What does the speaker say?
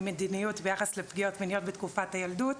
מדיניות ביחס לפגיעות מיניות בתקופת הילדות,